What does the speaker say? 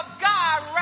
God